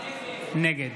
נגד